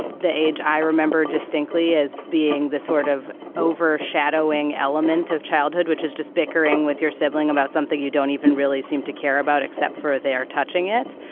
the age. i remember distinctly as being the sort of overshadowing element of childhood, which is just bickering with your sibling about something you don't even really seem to care about except for are touching it.